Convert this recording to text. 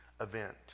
event